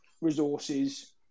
resources